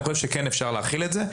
אני חושב שכן אפשר להחיל את זה.